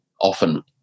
often